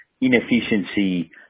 inefficiency